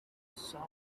saw